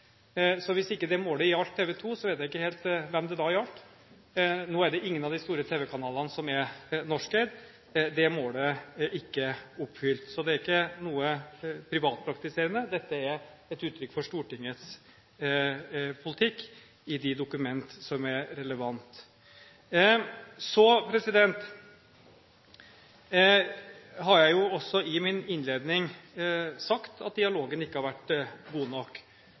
så hvis ikke det målet gjaldt TV 2, vet jeg ikke helt hvem det da gjaldt. Nå er det ingen av de store tv-kanalene som er norskeid. Det målet er ikke oppfylt. Så det er ikke noe privatpraktiserende, dette er et uttrykk for Stortingets politikk i de dokumenter som er relevante. Så har jeg jo også i min innledning sagt at dialogen ikke har vært god nok.